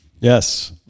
Yes